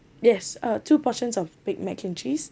yes uh two portions of baked mac and cheese